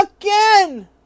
Again